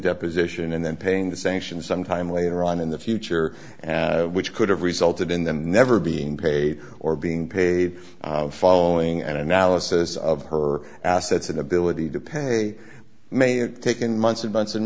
deposition and then paying the sanction some time later on in the future which could have resulted in them never being paid or being paid following an analysis of her assets and ability to pay may have taken months and months and